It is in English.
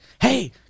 hey